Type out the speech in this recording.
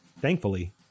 Thankfully